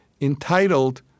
entitled